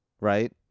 right